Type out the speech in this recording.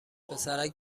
پسرک